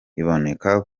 iboneka